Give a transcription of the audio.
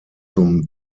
zum